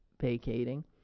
vacating